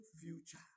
future